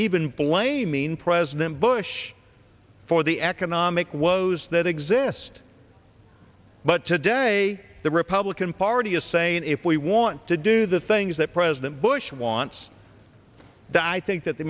even blaming president bush for the economic woes that exist but today the republican party is saying if we want to do the things that president bush wants that i think that the